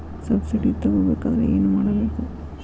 Subsidy ತಗೊಬೇಕಾದರೆ ಏನು ಮಾಡಬೇಕು?